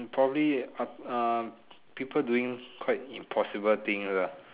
probably uh ah people doing quite impossible thing ah